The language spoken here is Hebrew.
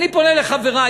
אני פונה לחברי.